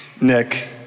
Nick